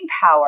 power